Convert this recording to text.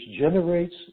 generates